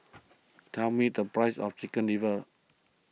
tell me the price of Chicken Liver